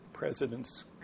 President's